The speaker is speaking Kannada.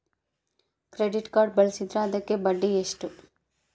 ಕ್ರೆಡಿಟ್ ಕಾರ್ಡ್ ಬಳಸಿದ್ರೇ ಅದಕ್ಕ ಬಡ್ಡಿ ಎಷ್ಟು?